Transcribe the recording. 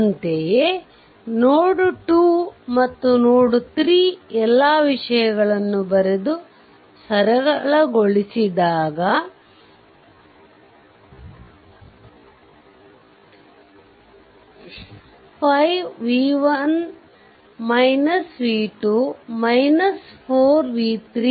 ಅಂತೆಯೇ ನೋಡ್ 2 ಮತ್ತು ನೋಡ್ 3 ಎಲ್ಲಾ ವಿಷಯಗಳನ್ನು ಬರೆದು ಸರಳಗೊಳಿಸಿದಾಗ 5 v1 v2 4 v3 1